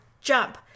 jump